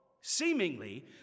Seemingly